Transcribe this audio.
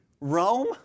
Rome